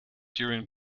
during